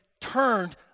turned